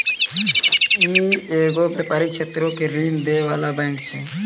इ एगो व्यपारिक क्षेत्रो के ऋण दै बाला बैंक छै